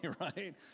right